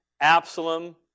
Absalom